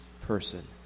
person